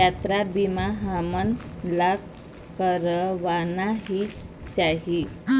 यातरा बीमा हमन ला करवाना ही चाही